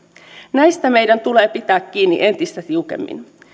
näistä meidän tulee pitää kiinni entistä tiukemmin